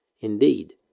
Indeed